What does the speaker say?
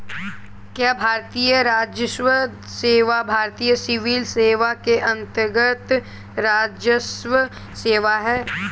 क्या भारतीय राजस्व सेवा भारतीय सिविल सेवा के अन्तर्गत्त राजस्व सेवा है?